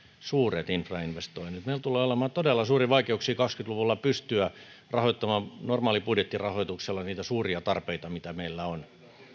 suuret infrainvestoinnit meillä tulee olemaan todella suuria vaikeuksia kaksikymmentä luvulla pystyä rahoittamaan normaalibudjettirahoituksella niitä suuria tarpeita mitä meillä on